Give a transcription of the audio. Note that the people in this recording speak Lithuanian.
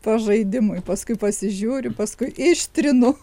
pažaidimui paskui pasižiūriu paskui ištrinu